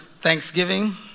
Thanksgiving